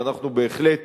ואנחנו בהחלט